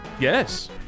Yes